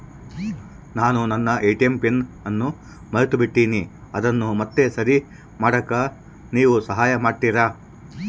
ನಾನು ನನ್ನ ATM PIN ಅನ್ನು ಮರೆತುಬಿಟ್ಟೇನಿ ಅದನ್ನು ಮತ್ತೆ ಸರಿ ಮಾಡಾಕ ನೇವು ಸಹಾಯ ಮಾಡ್ತಿರಾ?